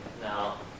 Now